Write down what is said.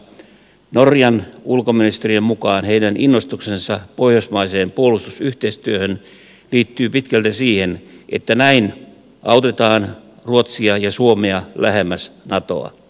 norjan ulkoministeriön mukaan heidän innostuksensa pohjoismaiseen puolustusyhteistyöhön liittyy pitkälti siihen että näin autetaan ruotsia ja suomea lähemmäs natoa